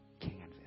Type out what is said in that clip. canvas